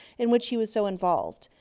in which he was so involved.